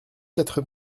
quatre